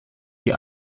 die